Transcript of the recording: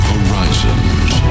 Horizons